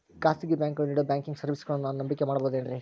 ಖಾಸಗಿ ಬ್ಯಾಂಕುಗಳು ನೇಡೋ ಬ್ಯಾಂಕಿಗ್ ಸರ್ವೇಸಗಳನ್ನು ನಾನು ನಂಬಿಕೆ ಮಾಡಬಹುದೇನ್ರಿ?